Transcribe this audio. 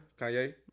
Kanye